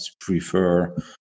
prefer